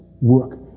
work